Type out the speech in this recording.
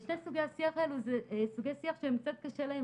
שני סוגי השיח האלו זה סוגי שיח שקצת קשה להם